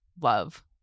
love